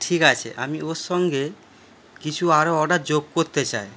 ঠিক আছে আমি ওর সঙ্গে কিছু আরও অর্ডার যোগ করতে চাই